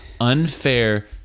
unfair